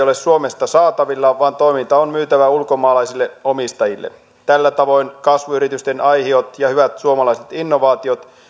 ole suomesta saatavilla vaan toiminta on myytävä ulkomaalaisille omistajille tällä tavoin kasvuyritysten aihiot ja hyvät suomalaiset innovaatiot